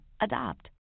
Adopt